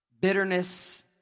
bitterness